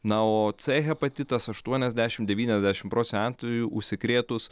na o c hepatitas aštuoniasdešimt devyniasdešimt procentų atvejų užsikrėtus